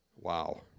wow